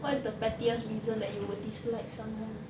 what is the pettiest reason that you would dislike someone